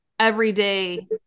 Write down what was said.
everyday